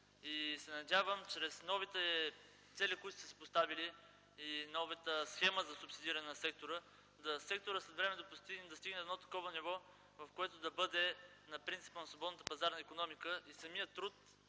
факт. Надявам се чрез новите цели, които сте си поставили, и новата схема за субсидиране на сектора – секторът след време да постигне такова ниво, което да бъде на принципа на свободната пазарна икономика - самият труд